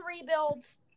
rebuilds